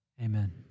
amen